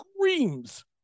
screams